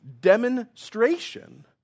demonstration